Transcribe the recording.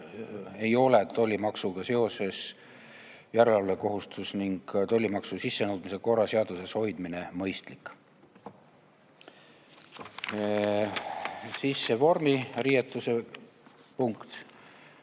ei ole tollimaksuga seoses järelevalvekohustus ning tollimaksu sissenõudmise korra seaduses hoidmine mõistlik. Siis see vormiriietuse punkt.